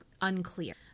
unclear